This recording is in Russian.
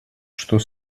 что